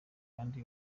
kandi